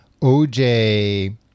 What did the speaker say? OJ